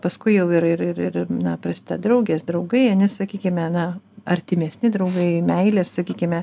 paskui jau yra ir ir ir na prasideda draugės draugai ar ne sakykime na artimesni draugai meilės sakykime